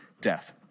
death